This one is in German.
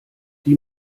die